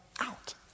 out